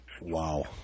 Wow